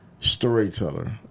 storyteller